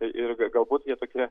ir galbūt jie tokie